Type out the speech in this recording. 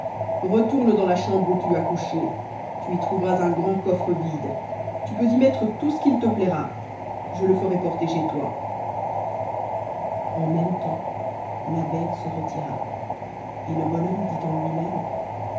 retourne dans la chambre où tu as couché tu y trouveras un grand coffre vide tu peux y mettre tout ce qui te plaira je le ferai porter chez toi en même tems la bête se retira et le bon homme dit en lui-même